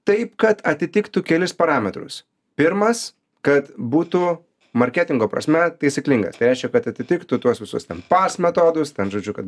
taip kad atitiktų kelis parametrus pirmas kad būtų marketingo prasme taisyklingas tai reiškia kad atitiktų tuos visus ten pass metodus ten žodžiu kad